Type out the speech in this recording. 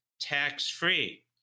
tax-free